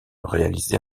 réaliser